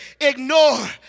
ignore